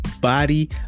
Body